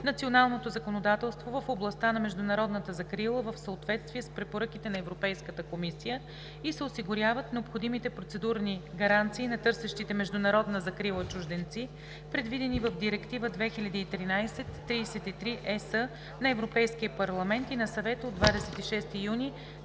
националното законодателство в областта на международната закрила в съответствие с препоръките на Европейската комисия и се осигуряват необходимите процедурни гаранции на търсещите международна закрила чужденци, предвидени в Директива 2013/33/ЕС на Европейския парламент и на Съвета от 26 юни 2013